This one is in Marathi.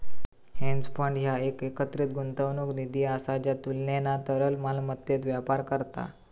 हेज फंड ह्या एक एकत्रित गुंतवणूक निधी असा ज्या तुलनेना तरल मालमत्तेत व्यापार करता